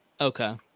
Okay